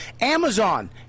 Amazon